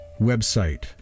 website